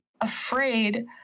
Afraid